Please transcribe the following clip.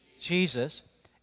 Jesus